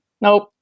nope